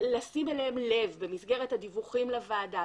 לשים אליהם לב במסגרת הדיווחים לוועדה,